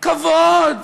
כבוד,